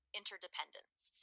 interdependence